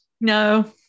No